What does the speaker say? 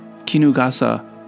Kinugasa